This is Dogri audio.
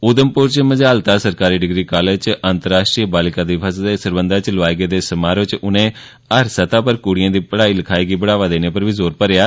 उधमपुर च मजालता सरकारी डिग्री कॉलेज च अंतर्राष्ट्रीय बालिका दिवस दे सरबंधै च लोआए गेदे समारोह च उनें हर स्तह उप्पर कुड़ियें दी पढ़ाई लखाई गी बढ़ावा देने उप्पर जोर भरेआ